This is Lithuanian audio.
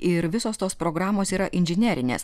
ir visos tos programos yra inžinerinės